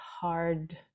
hard